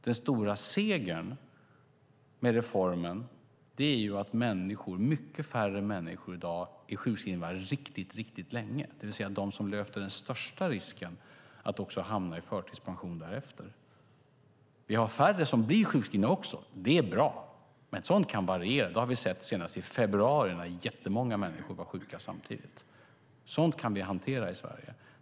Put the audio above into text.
Den stora segern med reformen är att mycket färre människor i dag är sjukskrivna riktigt länge, det vill säga de som löper den största risken att hamna i förtidspension därefter. Det är också färre som blir sjukskrivna, och det är bra. Men sådant kan variera. Det såg vi senast i februari då jättemånga människor var sjuka samtidigt. Sådant kan vi hantera i Sverige.